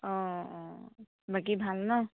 অ অ বাকী ভাল ন'